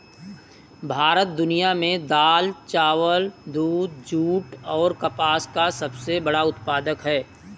भारत दुनिया में दाल, चावल, दूध, जूट और कपास का सबसे बड़ा उत्पादक है